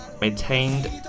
maintained